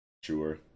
Sure